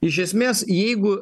iš esmės jeigu